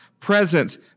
presence